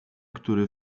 który